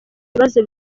bibazo